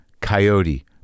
Coyote